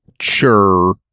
Sure